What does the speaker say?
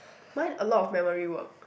mine a lot of memory work